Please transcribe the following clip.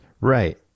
Right